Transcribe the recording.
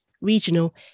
regional